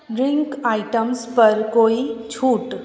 drink items पर कोई छूट